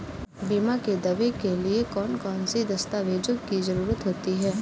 बीमा के दावे के लिए कौन कौन सी दस्तावेजों की जरूरत होती है?